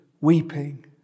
weeping